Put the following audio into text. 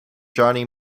johnny